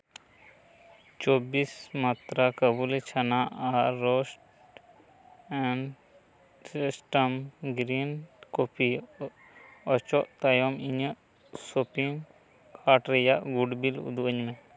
ᱪᱚᱵᱽᱵᱤᱥ ᱢᱟᱛᱨᱟ ᱠᱟᱹᱵᱩᱞᱤ ᱪᱷᱟᱱᱟ ᱟᱨ ᱨᱳᱴᱥ ᱮᱱᱰ ᱮᱥᱴᱮᱢ ᱜᱨᱤᱱ ᱠᱚᱯᱷᱤ ᱚᱪᱚᱜ ᱛᱟᱭᱚᱢ ᱤᱧᱟᱹᱜ ᱥᱚᱯᱤᱝ ᱠᱟᱨᱰ ᱨᱮᱭᱟᱜ ᱜᱩᱴ ᱵᱤᱞ ᱩᱫᱩᱜ ᱟᱹᱧ ᱢᱮ